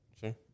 Sure